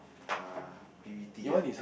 err P_P_T ah